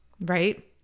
right